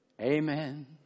Amen